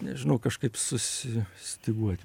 nežinau kažkaip susistyguot